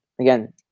again